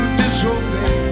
disobey